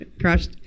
crashed